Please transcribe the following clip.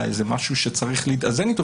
אלא איזה משהו שצריך להתאזן איתו,